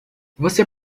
você